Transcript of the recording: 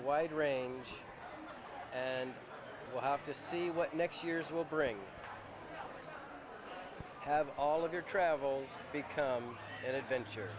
wide range and we'll have to see what next year's will bring have all of your travels become an adventure